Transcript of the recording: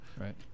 right